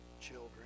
children